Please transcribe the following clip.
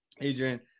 Adrian